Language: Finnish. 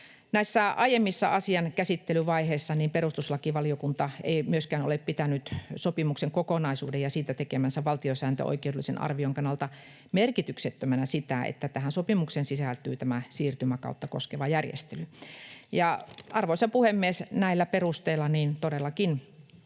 Näissä aiemmissa asian käsittelyvaiheissa perustuslakivaliokunta ei myöskään ole pitänyt sopimuksen kokonaisuuden ja siitä tekemänsä valtiosääntöoikeudellisen arvion kannalta merkityksettömänä sitä, että tähän sopimukseen sisältyy tämä siirtymäkautta koskeva järjestely. Arvoisa puhemies! Näillä perusteilla todellakin